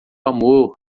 amor